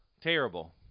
terrible